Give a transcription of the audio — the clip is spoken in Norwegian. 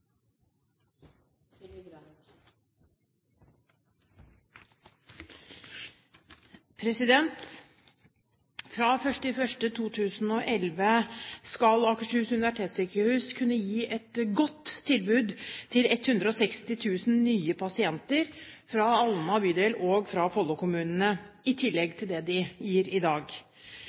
Fra 1. januar 2011 skal Akershus universitetssykehus kunne gi et godt tilbud til 160 000 nye pasienter fra Alna bydel og fra Follo-kommunene, i tillegg til det de gir i dag.